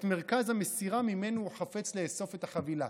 את מרכז המסירה שממנו הוא חפץ לאסוף את החבילה,